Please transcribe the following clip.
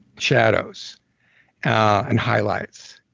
shadows and highlights.